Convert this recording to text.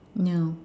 no